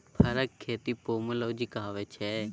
फरक खेती पामोलोजी कहाबै छै